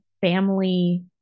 family